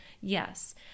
Yes